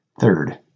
Third